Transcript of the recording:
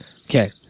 okay